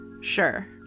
Sure